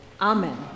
Amen